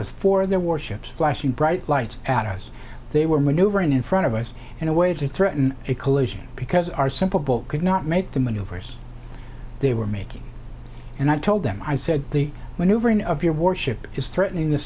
was for their warships flashing bright lights at us they were maneuvering in front of us in a way to threaten a collision because our simple boat could not make the maneuvers they were making and i told them i said the when you bring of your warship is threatening the